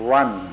one